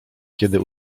kiedy